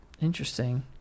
interesting